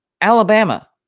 Alabama